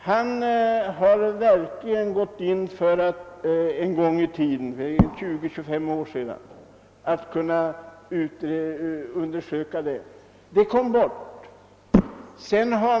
Han gick verkligen en gång i tiden — det är 20—25 år sedan — in för att undersöka saken. Det hela kom emellertid bort.